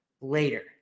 later